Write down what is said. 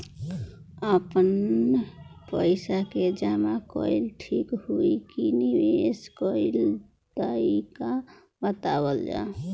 आपन पइसा के जमा कइल ठीक होई की निवेस कइल तइका बतावल जाई?